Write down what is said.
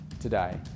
today